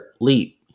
leap